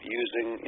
using